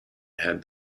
had